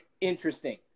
interesting